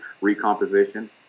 recomposition